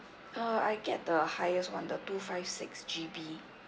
uh I get the highest one the two five six GB